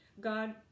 God